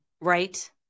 right